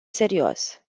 serios